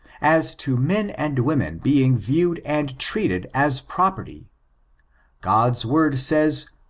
as to men and women being viewed and treated as property god's word says,